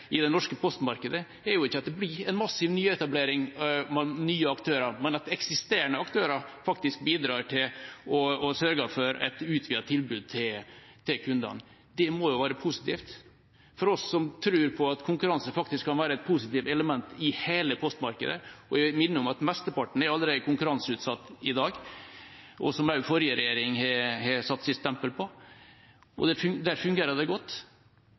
i det norske postmarkedet er ikke at det blir masse nye aktører, men at de eksisterende aktørene faktisk bidrar til å sørge for et utvidet tilbud til kundene. Det må jo være positivt for oss som tror at konkurranse kan være et positivt element i hele postmarkedet. Jeg vil minne om at mesteparten allerede er konkurranseutsatt i dag, som også forrige regjering har satt sitt stempel på, og det fungerer godt. At det er noen grunn til at det ikke skal fungere godt